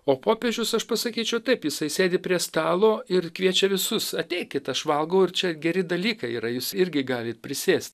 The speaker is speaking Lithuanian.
o popiežius aš pasakyčiau taip jisai sėdi prie stalo ir kviečia visus ateikit aš valgau ir čia geri dalykai yra jūs irgi galit prisėst